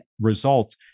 results